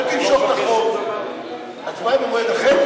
אל תמשוך את החוק, הצבעה במועד אחר.